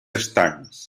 estancs